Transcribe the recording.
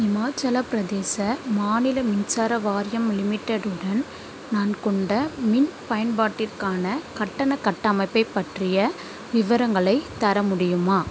இமாச்சலப் பிரதேச மாநில மின்சார வாரியம் லிமிடெட் உடன் நான் கொண்ட மின் பயன்பாட்டிற்கான கட்டண கட்டமைப்பைப் பற்றிய விவரங்களைத் தர முடியுமா